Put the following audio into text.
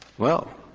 well,